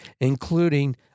including